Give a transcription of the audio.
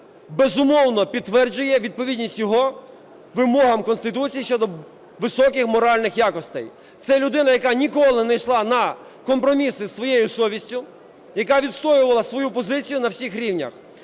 безумовно, підтверджує відповідність його вимогам Конституції щодо високих моральних якостей. Це людина, яка ніколи не йшла на компроміси із своєю совістю, яка відстоювала свою позицію на всіх рівнях.